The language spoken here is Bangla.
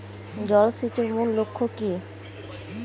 জল সেচের মূল লক্ষ্য কী?